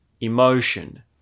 emotion